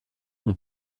ont